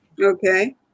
Okay